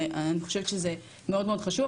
ואני חושבת שזה מאוד מאוד חשוב.